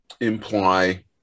imply